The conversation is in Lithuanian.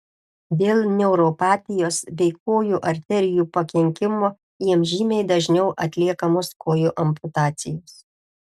dėl neuropatijos bei kojų arterijų pakenkimo jiems žymiai dažniau atliekamos kojų amputacijos